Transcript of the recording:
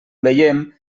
veiem